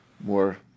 more